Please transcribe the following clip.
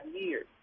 years